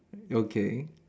okay